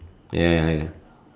ya ya ya